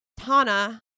Tana